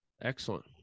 Excellent